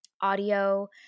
audio